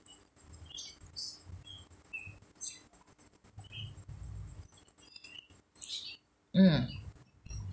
mm